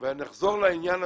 נחזור לעניין עצמו.